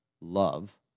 love